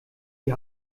die